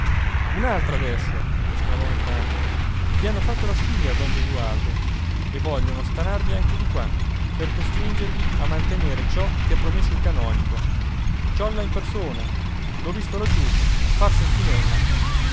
un'altra adesso esclamò entrando i hanno fatto la spia don gesualdo e vogliono stanarvi anche di qua per costringervi a mantenere ciò che ha promesso il canonico ciolla in persona l'ho visto laggiù a far sentinella